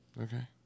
Okay